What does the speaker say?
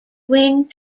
wing